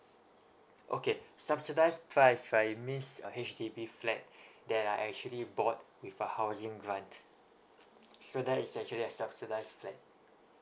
okay subsidised price right it means a H_D_B flat that are actually bought with a housing grant so that is actually a subsidised flat